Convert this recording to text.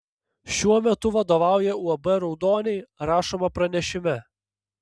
šiuo metu vadovauja uab raudoniai rašoma pranešime